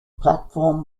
platform